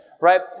Right